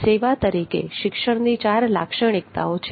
સેવા તરીકે શિક્ષણની ચાર લાક્ષણિકતાઓ છે